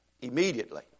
immediately